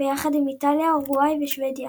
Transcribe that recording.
ביחד עם איטליה, אורוגוואי ושוודיה.